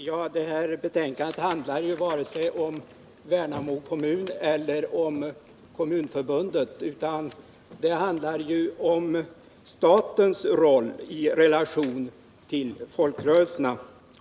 Herr talman! Betänkandet gäller varken Värnamo kommun eller Kommunförbundet utan i stället statens roll i förhållande till folkrörelserna.